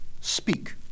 Speak